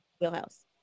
Wheelhouse